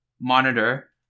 monitor